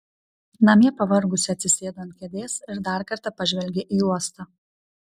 namie pavargusi atsisėdo ant kėdės ir dar kartą pažvelgė į uostą